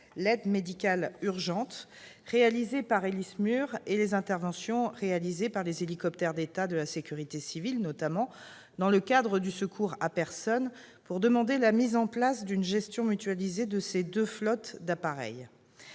l'aide médicale urgente réalisée par Héli-SMUR et les interventions réalisées par les hélicoptères d'État de la sécurité civile, notamment dans le cadre du secours à personne. Elle a pour objet de demander la mise en place d'une gestion mutualisée de ces deux flottes d'appareils.